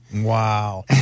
Wow